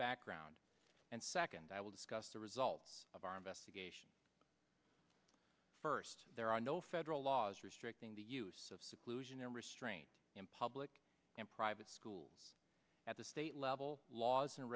background and second i will discuss the results of our investigation first there are no federal laws restricting the use of seclusion and restraint in public and private schools at the state level laws and